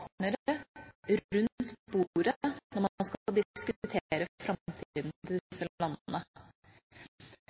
når man skal diskutere framtida til disse landene.